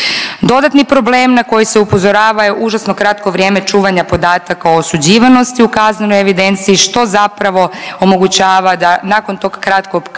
Dodatni problem na koji se upozorava je užasno kratko vrijeme čuvanja podataka o osuđivanosti u kaznenoj evidenciji što zapravo omogućava da nakon tog kratkog perioda